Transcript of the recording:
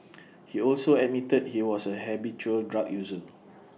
he also admitted he was A habitual drug user